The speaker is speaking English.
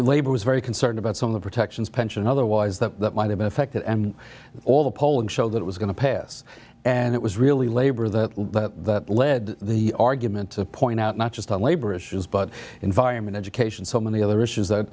labor was very concerned about some of the protections pension otherwise the might have affected and all the polling showed that it was going to pass and it was really labor that the lead the argument to point out not just on labor issues but environment education so many other issues that